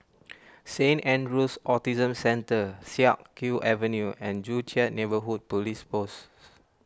Saint andrew's Autism Centre Siak Kew Avenue and Joo Chiat Neighbourhood Police Post